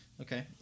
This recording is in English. Okay